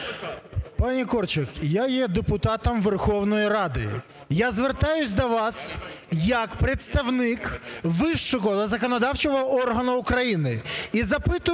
Пані Корчак, я є депутатом Верховної Ради. Я звертаюсь до вас як представник вищого законодавчого органу України і запитую